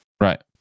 right